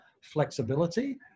flexibility